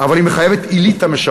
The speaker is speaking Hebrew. אבל היא מחייבת אליטה.